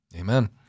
Amen